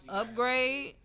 upgrade